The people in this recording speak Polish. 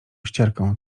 ścierką